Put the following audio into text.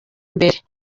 imbere